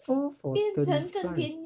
four for thirty five